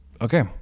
Okay